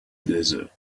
desert